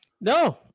No